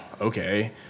okay